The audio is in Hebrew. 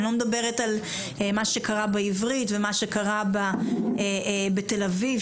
אני לא מדברת על מה שקרה באוניברסיטה העברית ומה שקרה בתל אביב,